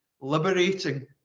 liberating